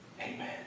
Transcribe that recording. Amen